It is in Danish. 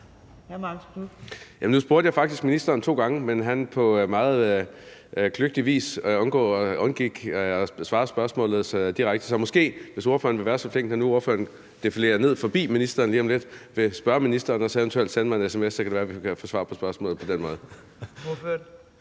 Nu spurgte jeg faktisk ministeren to gange, men han undgik på meget kløgtig vis at besvare spørgsmålet så direkte. Så måske ordføreren vil være så flink, når nu ordføreren defilerer ned forbi ministeren lige om lidt, at spørge ministeren og så eventuelt sende mig en sms. Så kan det være, at vi kan få svar på spørgsmålet på den måde.